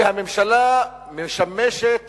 שהממשלה משמשת